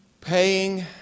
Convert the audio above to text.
paying